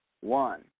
One